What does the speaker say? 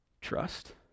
trust